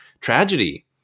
tragedy